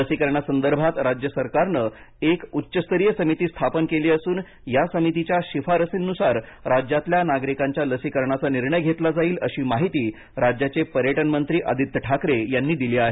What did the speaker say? लसीकरणासंदर्भात राज्य सरकारनं एक उच्चस्तरीय समिती स्थापन केली असून या समितीच्या शिफारसींनुसार राज्यातल्या नागरिकांच्या लसीकरणाचा निर्णय घेतला जाईल अशी माहिती राज्याचे पर्यटन मंत्री आदित्य ठाकरे यांनी दिली आहे